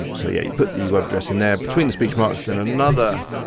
um so yeah, you put the web address in there between the speech marks, then another